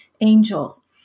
angels